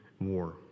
war